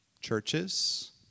churches